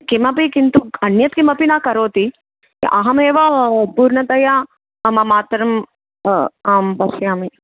किमपि किन्तु अन्यत् किमपि न करोति अहमेव पूर्णतया मम मातरं आं पश्यामि